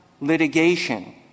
Litigation